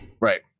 Right